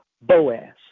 Boaz